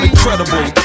Incredible